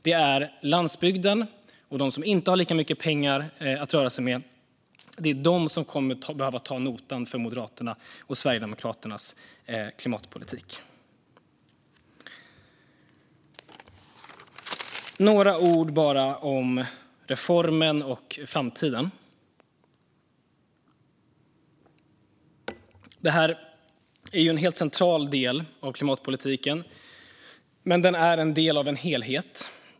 Det är landsbygden och de som inte har lika mycket pengar att röra sig med som kommer att behöva ta notan för Moderaternas och Sverigedemokraternas klimatpolitik. Jag ska bara säga några ord om reformen och framtiden. Det är en helt central del av klimatpolitiken. Men den är en del av en helhet.